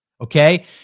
Okay